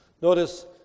Notice